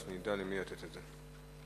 שנדע למי לתת את זה.